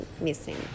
missing